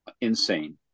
insane